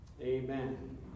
amen